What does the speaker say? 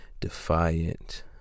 Defiant